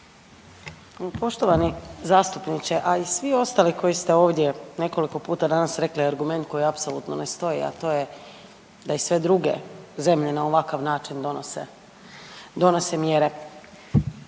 Poštovani zastupniče, a i svi ostali koji se ovdje nekoliko puta danas rekli argument koji apsolutno ne stoji a to je da i sve druge na ovakav način donose,